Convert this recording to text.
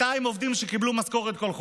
200 עובדים קיבלו משכורת בכל חודש.